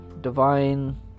divine